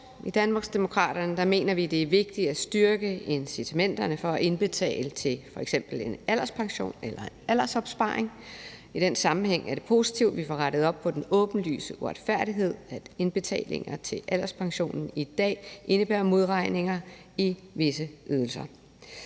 I Danmarksdemokraterne mener vi, at det er vigtigt at styrke incitamentet til at indbetale til f.eks. en alderspension eller en aldersopsparing. I den sammenhæng er det positivt, at vi får rettet op på den åbenlyse uretfærdighed, at indbetalinger til alderspension i dag indebærer modregning i visse ydelser.